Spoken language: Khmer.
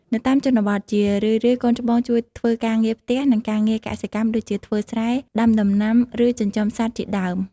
នៅតាមជនបទ ជារឿយៗ កូនច្បងជួយធ្វើការងារផ្ទះ និងការងារកសិកម្មដូចជា ធ្វើស្រែ ដាំដំណាំ ឬ ចិញ្ចឹមសត្វជាដើម។។